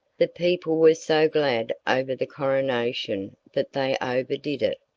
the people were so glad over the coronation that they overdid it,